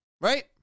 right